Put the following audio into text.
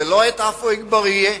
ולא את עפו אגבאריה,